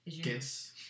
guess